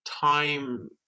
time